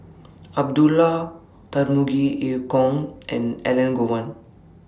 Abdullah Tarmugi EU Kong and Elangovan